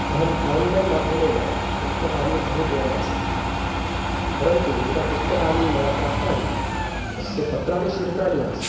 अहम् आन्लैन् माध्यमेन पुस्तकानि आहूतवान् आसं परन्तु यदा पुस्तकानि मया प्राप्तानि तस्य पत्राणि जीर्णानि आसन्